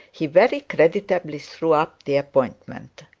he very creditably threw up the appointment.